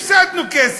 הפסדנו כסף.